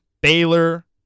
Baylor